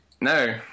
No